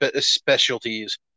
specialties